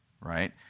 Right